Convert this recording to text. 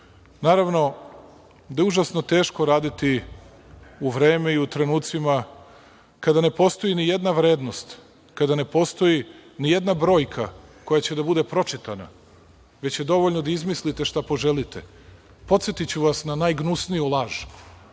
Naravno, da je užasno teško raditi u vreme i u trenucima kada ne postoji ni jedna vrednost, kada ne postoji ni jedna brojka koja će da bude pročitana, već je dovoljno da izmislite šta poželite. Podsetiću vas na najgnusniju laž.